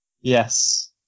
Yes